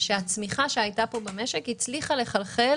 שהצמיחה שהייתה פה במשק הצליחה לחלחל